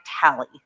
tally